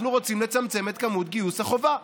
אנחנו רוצים לצמצם את הקיף גיוס החובה.